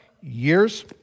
years